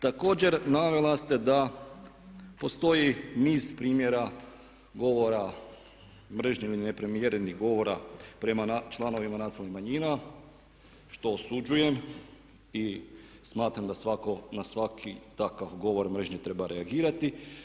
Također navela ste da postoji niz primjera, govora, mržnje ili neprimjerenih govora prema članovima nacionalnih manjina što osuđujem i smatram da svatko na svaki takav govor mržnje treba reagirati.